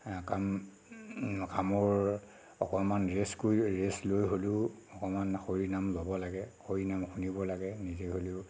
কাম কামৰ অকণমান ৰেষ্ট কৰি ৰেষ্ট লৈ হ'লেও অকণমান হৰি নাম ল'ব লাগে হৰি নাম শুনিব লাগে নিজে হ'লেও